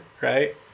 right